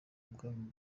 ubwami